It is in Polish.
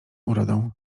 urodą